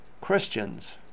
Christians